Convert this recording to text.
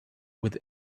with